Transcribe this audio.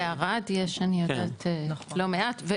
בערד יש שאני יודעת, לא מעט.